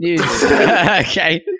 Okay